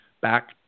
back